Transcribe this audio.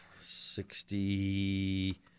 sixty